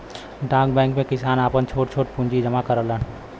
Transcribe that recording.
डाक बैंक में किसान आपन छोट छोट पूंजी जमा करलन